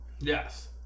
Yes